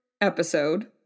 episode